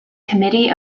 committee